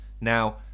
now